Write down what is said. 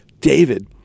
David